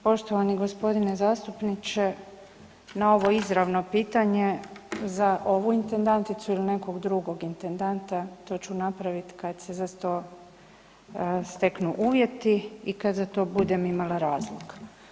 Poštovani g. zastupniče na ovo izravno pitanje za ovu intendanticu ili nekog drugog intendanta, to ću napravit kad se za to steknu uvjeti i kad za to budem imala razlog.